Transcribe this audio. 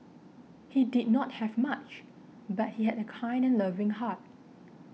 he did not have much but he had a kind and loving heart